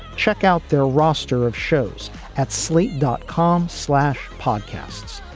check out their roster of shows at slate dot com slash podcasts.